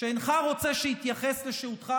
שאינך רוצה שאתייחס לשהותך.